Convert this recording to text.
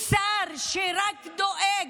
שר שרק דואג,